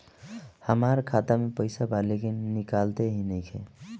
हमार खाता मे पईसा बा लेकिन निकालते ही नईखे?